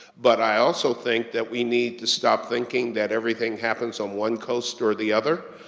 but i also think that we need to stop thinking that everything happens on one coast or the other.